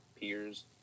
peers